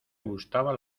gustaba